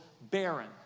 barren